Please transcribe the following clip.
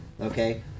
okay